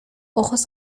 ojos